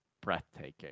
breathtaking